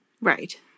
Right